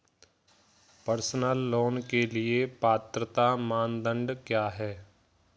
Personal loan के लिए पात्रता मानदंड क्या हैं?